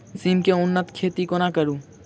सिम केँ उन्नत खेती कोना करू?